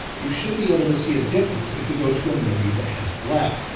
you should be able to see a difference. if we go to a menu that has black,